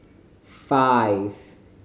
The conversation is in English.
five